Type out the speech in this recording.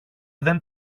δεν